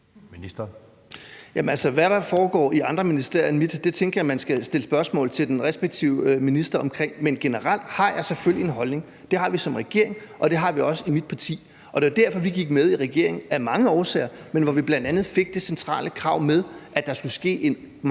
Hvad der foregår i andre ministerier end mit, tænker jeg man skal stille spørgsmål til den respektive minister om, men generelt har jeg selvfølgelig en holdning. Det har vi som regering, og det har vi også i mit parti. Det var derfor, vi gik med i regering. Det var af mange årsager, men vi fik bl.a. det centrale krav med om, at der skulle ske en